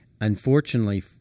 unfortunately